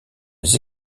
les